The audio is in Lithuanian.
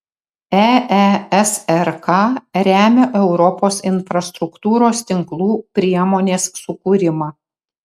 eesrk remia europos infrastruktūros tinklų priemonės sukūrimą